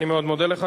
אני מאוד מודה לך.